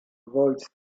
avoid